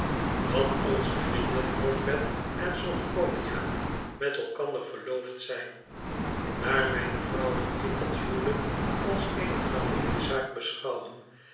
dat onze vrienden alfred en sophronia met elkander verloofd zijn daar mijne vrouw en ik dat huwelijk als eene familiezaak beschou wen